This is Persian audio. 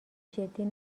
جدی